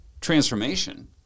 transformation